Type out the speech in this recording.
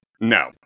No